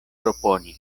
proponi